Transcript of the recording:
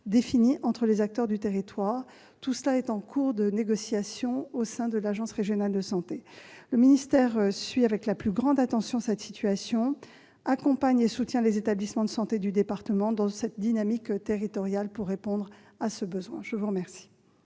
défini entre les acteurs du territoire. Tout cela est en cours de négociation au sein de l'ARS. Le ministère suit avec la plus grande attention cette situation, accompagne et soutient les établissements de santé du département, dans cette dynamique territoriale, afin de répondre à ce besoin. La parole